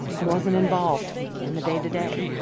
i wasn't involved in the day to day.